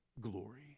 glory